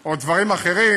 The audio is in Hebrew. או דברים אחרים,